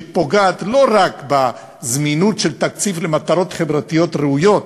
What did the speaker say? שפוגעת לא רק בזמינות של תקציב למטרות חברתיות ראויות,